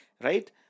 Right